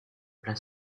plein